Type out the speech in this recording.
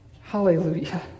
Hallelujah